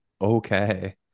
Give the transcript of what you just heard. Okay